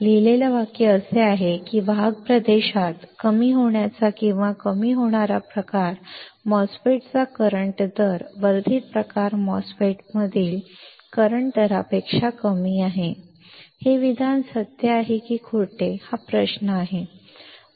लिहिलेले वाक्य असे आहे की वाहक प्रदेशात कमी होण्याचा किंवा कमी होणारा प्रकार MOSFET चा करंट दर वर्धित प्रकार MOSFET मधील करंट दरापेक्षा मंद आहे हे विधान सत्य आहे की खोटे हा प्रश्न आहे